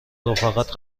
رفیقات